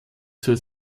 zur